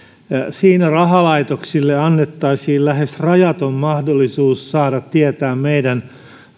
siinä rahalaitoksille annettaisiin lähes rajaton mahdollisuus saada tietää meidän